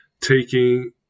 taking